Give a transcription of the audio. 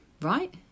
right